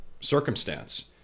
circumstance